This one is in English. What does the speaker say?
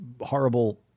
horrible